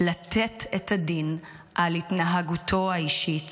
לתת את הדין על התנהגותו האישית